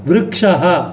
वृक्षः